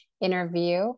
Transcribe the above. interview